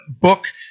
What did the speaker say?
book